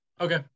Okay